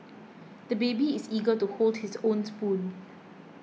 the baby is eager to hold his own spoon